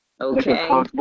Okay